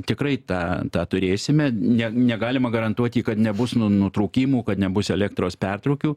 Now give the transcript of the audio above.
tikrai tą tą turėsime ne negalima garantuoti kad nebus nu nutraukimų kad nebus elektros pertrūkių